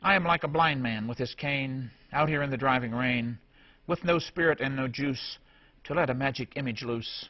i'm like a blind man with his cane out here in the driving rain with no spirit and no juice to let a magic image loose